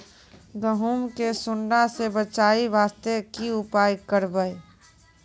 गहूम के सुंडा से बचाई वास्ते की उपाय करबै?